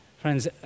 friends